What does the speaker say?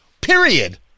Period